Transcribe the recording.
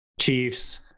chiefs